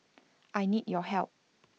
I need your help